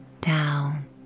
down